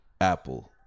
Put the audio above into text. Apple